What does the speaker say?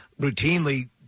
routinely